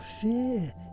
fear